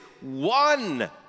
one